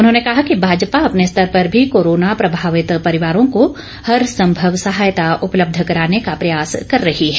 उन्होंने कहा कि भाजपा अपने स्तर पर भी कोरोना प्रभावित परिवारों को हर संभव सहायता उपलब्ध कराने का प्रयास कर रही है